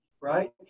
right